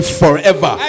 forever